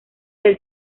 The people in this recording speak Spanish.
del